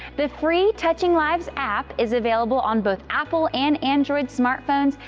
the free touching lives app is available on both apple and android smartphones,